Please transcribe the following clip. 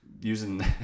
using